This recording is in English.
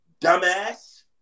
dumbass